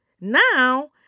Now